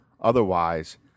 otherwise